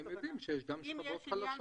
כי הם יודעים שיש גם שכבות חלשות.